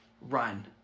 run